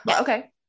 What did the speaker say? okay